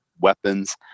weapons